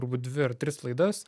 turbūt dvi ar tris laidas